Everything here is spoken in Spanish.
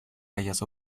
rayas